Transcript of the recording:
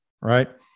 Right